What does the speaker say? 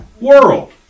World